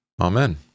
Amen